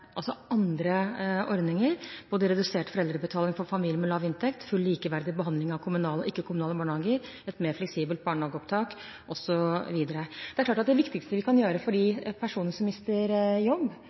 andre ordninger: redusert foreldrebetaling for familier med lav inntekt, helt likeverdig behandling av kommunale og ikke-kommunale barnehager, et mer fleksibelt barnehageopptak osv. Det viktigste vi kan gjøre for de